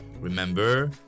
Remember